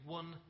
one